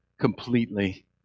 completely